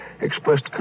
expressed